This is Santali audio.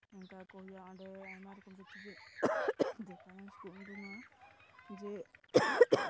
ᱚᱱᱠᱟ ᱠᱚ ᱦᱩᱭᱩᱜᱼᱟ ᱚᱸᱰᱮ ᱟᱭᱢᱟ ᱨᱚᱠᱚᱢ ᱠᱤᱪᱷᱩ ᱡᱮ